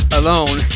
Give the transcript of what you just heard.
alone